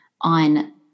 on